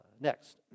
Next